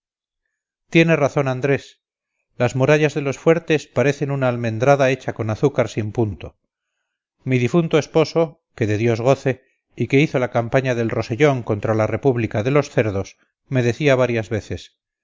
tiene razón andrés las murallas de los fuertes parecen una almendrada hecha con azúcar sin punto mi difunto esposo que de dios goce y que hizo la campaña del rosellón contra la república de los cerdos me decía varias veces